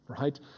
right